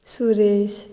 Suresh